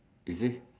you see